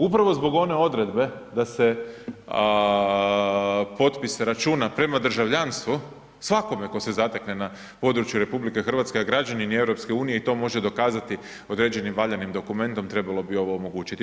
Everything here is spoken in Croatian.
Upravo zbog one odredbe da se potpise računa prema državljanstvu svakome tko se zatekne na području RH, a građanin EU i to može dokazati određenim valjanim dokumentom, trebalo bi ovo omogućiti.